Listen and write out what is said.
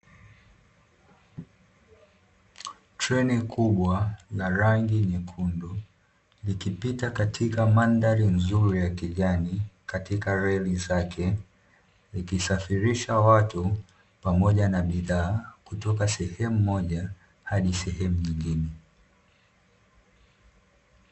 Treni kubwa la rangi nyekundu likipita katika mandhari nzuri ya kijani katika reli zake, likisafirisha watu pamoja na bidhaa kutoka sehemu moja hadi sehemu nyingine.